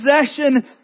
possession